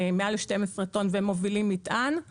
שהם מעל 12 טון ומובילים מטען,